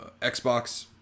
Xbox